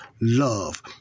love